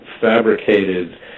fabricated